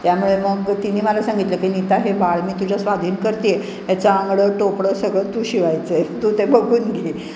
त्यामुळे मग तिने मला सांगितलं की नीता हे बाळ मी तुझ्या स्वाधीन करते आहे याचं आंगडं टोपडं सगळं तू शिवायचं आहे तू ते बघून घे